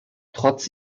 trotz